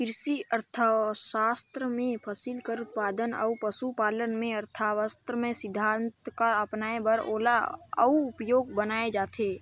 किरसी अर्थसास्त्र में फसिल कर उत्पादन अउ पसु पालन में अर्थसास्त्र कर सिद्धांत ल अपनाए कर ओला अउ उपयोगी बनाए जाथे